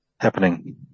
happening